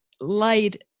light